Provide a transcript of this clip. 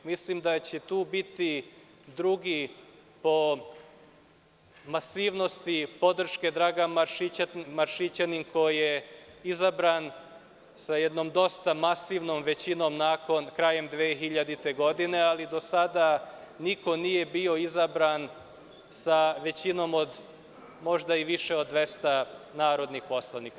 Mislim da će tu biti drugi po masivnosti podrške Dragan Maršićanin, koji je izabran sa jednom dosta masivnom većinom krajem 2000. godine, ali do sada niko nije bio izabran sa većinom od možda i više od 200 narodnih poslanika.